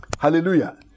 Hallelujah